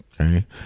Okay